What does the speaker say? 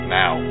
now